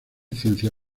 ciencia